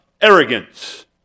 arrogance